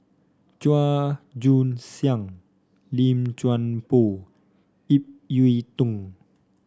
Chua Joon Siang Lim Chuan Poh Ip Yiu Tung